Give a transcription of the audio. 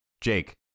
Jake